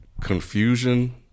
confusion